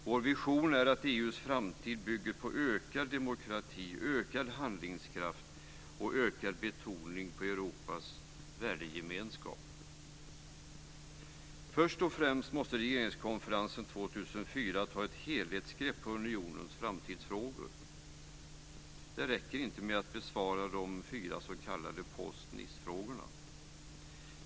Vår vision är att EU:s framtid bygger på ökad demokrati, ökad handlingskraft och en ökad betoning på Europas värdegemenskap. Först och främst måste regeringskonferensen 2004 ta ett helhetsgrepp på unionens framtidsfrågor. Det räcker inte att besvara de fyra s.k. post-Nice-frågorna.